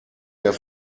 der